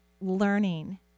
learning